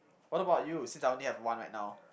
what about you since I only have one right now